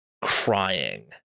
crying